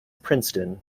princeton